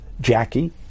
Jackie